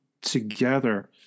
together